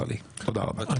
צר לי, תודה רבה.